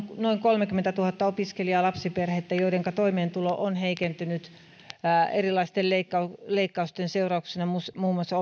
noin kolmekymmentätuhatta opiskelijalapsiperhettä joidenka toimeentulo on heikentynyt erilaisten leikkausten seurauksena muun muassa